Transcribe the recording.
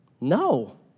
No